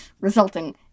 resulting